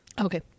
Okay